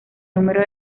número